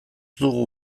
dugu